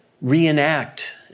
reenact